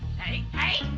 hey, hey,